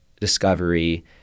discovery